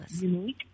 unique